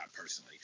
personally